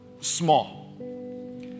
small